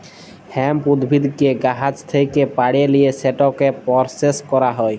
hemp উদ্ভিদকে গাহাচ থ্যাকে পাড়ে লিঁয়ে সেটকে পরসেস ক্যরা হ্যয়